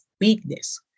weakness